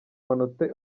manota